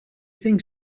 think